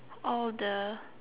all the